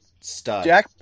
stud